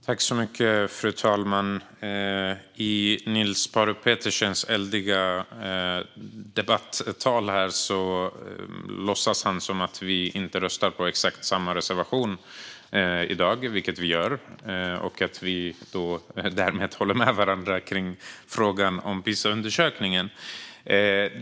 Fru talman! I Niels Paarup-Petersens eldiga debattal här låtsas han som att vi inte röstar på exakt samma reservation i dag, vilket vi gör och därmed håller med varandra i frågan om PISA-undersökningen.